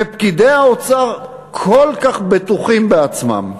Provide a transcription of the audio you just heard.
ופקידי האוצר כל כך בטוחים בעצמם,